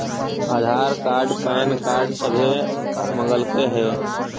आधार card PAN card सभे मगलके हे?